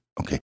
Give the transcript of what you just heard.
Okay